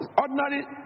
ordinary